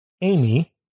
Amy